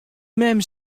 mem